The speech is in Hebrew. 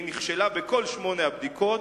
והיא נכשלה בכל שמונה הבדיקות,